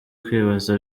kwibaza